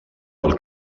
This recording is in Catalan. del